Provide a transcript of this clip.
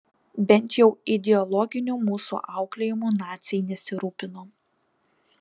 bent jau ideologiniu mūsų auklėjimu naciai nesirūpino